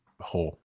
whole